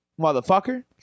motherfucker